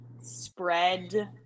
spread